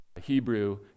Hebrew